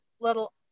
little